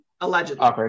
Allegedly